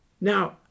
Now